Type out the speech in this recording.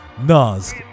nas